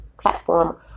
platform